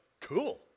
cool